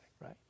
right